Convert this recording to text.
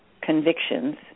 convictions